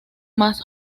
más